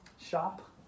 Shop